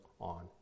on